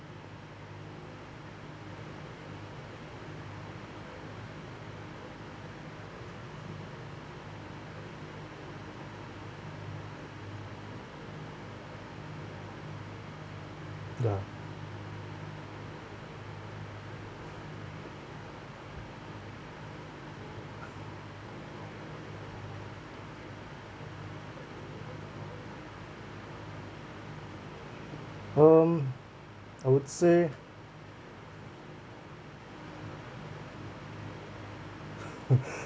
ya um I would say